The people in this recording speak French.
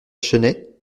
chennai